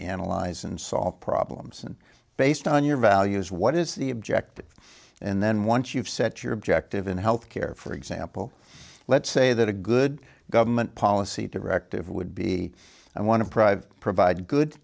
analyze and solve problems and based on your values what is the objective and then once you've set your objective in healthcare for example let's say that a good government policy directive would be and one of private provide good